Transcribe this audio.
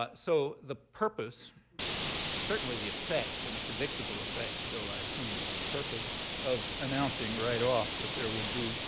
ah so the purpose certainly the effect, and the predictable effect, so i assume the purpose of announcing right off that there would be